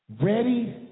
Ready